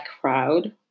crowd